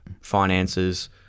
finances